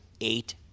eight